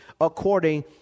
according